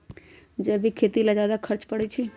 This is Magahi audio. जैविक खेती ला ज्यादा खर्च पड़छई?